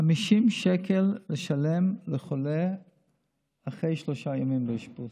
שישלם 50 שקל חולה אחרי שלושה ימים באשפוז